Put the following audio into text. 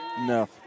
No